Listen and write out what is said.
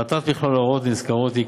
מטרת מכלול ההוראות הנזכרות היא,